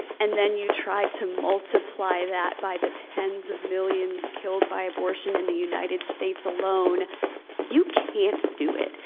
and then you try to multiply that by the tens of millions killed by abortion in the united states alone you can't do it.